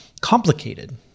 complicated